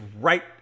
right